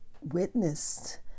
witnessed